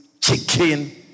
chicken